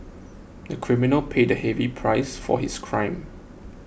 the criminal paid a heavy price for his crime